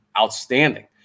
outstanding